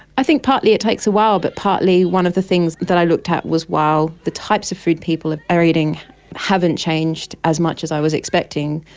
i think partly it takes a while but partly one of the things that i looked at was while the types of food people are eating haven't changed as much as i was expecting,